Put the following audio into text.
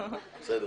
אז, בסדר.